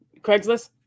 Craigslist